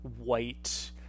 white